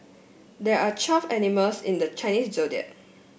there are twelve animals in the Chinese Zodiac